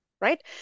right